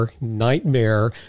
nightmare